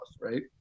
right